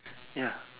yeah